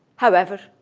however,